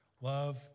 Love